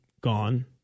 gone